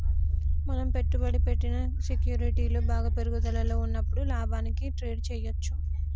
మనం పెట్టుబడి పెట్టిన సెక్యూరిటీలు బాగా పెరుగుదలలో ఉన్నప్పుడు లాభానికి ట్రేడ్ చేయ్యచ్చు